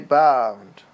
bound